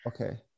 Okay